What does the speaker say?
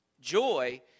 Joy